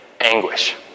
anguish